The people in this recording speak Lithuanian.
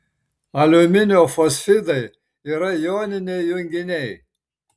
aliuminio fosfidai yra joniniai junginiai